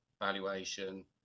valuation